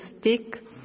stick